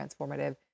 transformative